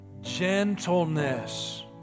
gentleness